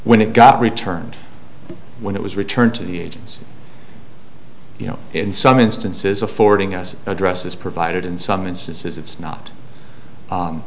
when it got returned when it was returned to the agency you know in some instances affording us addresses provided in some instances it's not